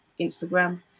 Instagram